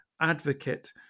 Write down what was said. advocate